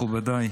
מכובדיי,